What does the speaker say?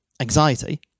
anxiety